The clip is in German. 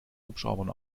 hubschraubern